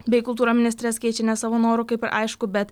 bei kultūros ministres keičia ne savo noru kaip aišku bet